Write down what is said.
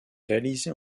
réalisée